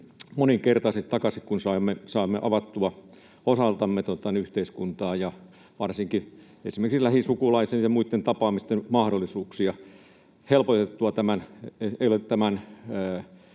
moninkertaisesti takaisin, kun saamme osaltamme avattua yhteiskuntaa ja varsinkin esimerkiksi lähisukulaisen ja muiden tapaamisten mahdollisuuksia helpotettua tämän